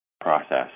process